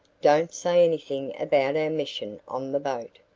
don't say anything about our mission on the boat.